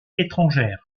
étrangères